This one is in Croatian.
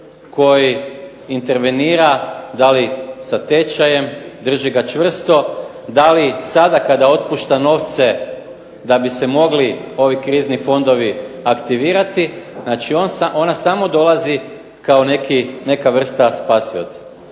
koji intervenira da li sa tečajem, drži ga čvrsto da li sada kada otpušta novce da bi se mogli ovi krizni fondovi aktivirati. Ona samo dolazi kao neka vrsta spasioca.